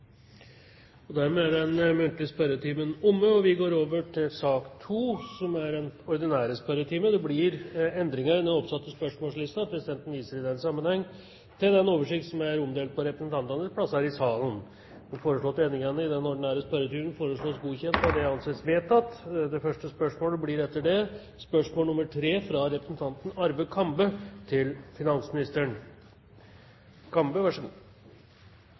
Dermed er den muntlige spørretimen omme, og vi går over til den ordinære spørretimen. Det blir noen endringer i den oppsatte spørsmålslisten, og presidenten viser i den sammenheng til den oversikten som er omdelt på representantenes plasser i salen. De foreslåtte endringene i dagens spørretime foreslås godkjent. – Det anses vedtatt. Endringene var som følger: Spørsmål 1, fra representanten Svein Harberg til